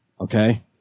okay